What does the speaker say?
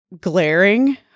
glaring